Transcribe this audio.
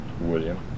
William